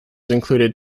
included